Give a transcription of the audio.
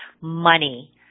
money